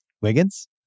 Wiggins